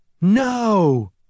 No